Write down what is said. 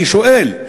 אני שואל.